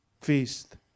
feast